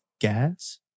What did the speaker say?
Gas